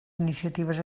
iniciatives